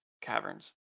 caverns